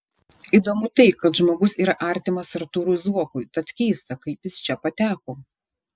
įdomu tai kad žmogus yra artimas artūrui zuokui tad keista kaip jis čia pateko